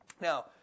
Now